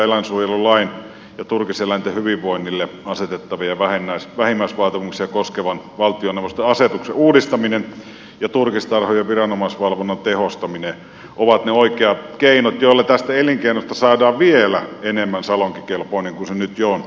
eläinsuojelulain ja turkiseläinten hyvinvoinnille asetettavia vähimmäisvaatimuksia koskevan valtioneuvoston asetuksen uudistaminen ja turkistarhojen viranomaisvalvonnan tehostaminen ovat ne oikeat keinot joilla tästä elinkeinosta saadaan vielä enemmän salonkikelpoinen kuin se nyt jo on